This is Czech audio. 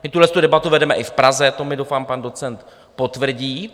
My tuhle debatu vedeme i v Praze, to mi, doufám, pan docent potvrdí.